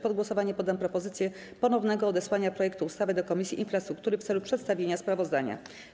Pod głosowanie poddam propozycję ponownego odesłania projektu ustawy do Komisji Infrastruktury w celu przedstawienia sprawozdania.